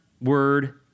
word